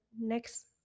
next